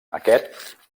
aquest